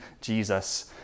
Jesus